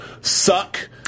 suck